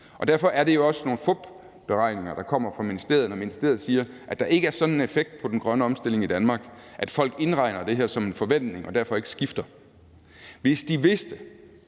Derfor er det jo også nogle fupberegninger, der kommer fra ministeriet, når ministeriet siger, at der ikke er sådan en effekt på den grønne omstilling i Danmark, at folk indregner det her som en forventning og de derfor ikke skifter. Hvis de vidste,